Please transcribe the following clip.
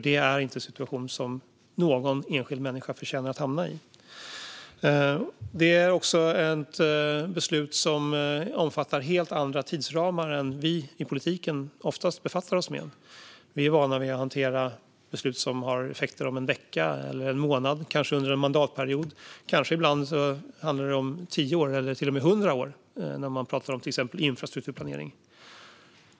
Det är en situation som inte någon enskild människa förtjänar att hamna i. Det är också ett beslut som omfattar helt andra tidsramar än vi i politiken oftast befattar oss med. Vi är vana vid att hantera beslut som har effekter om en vecka, en månad och kanske under en mandatperiod. Ibland kanske det handlar om tio år eller till och med hundra år, till exempel när man pratar om infrastrukturplanering.